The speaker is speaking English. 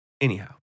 Anyhow